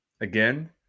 again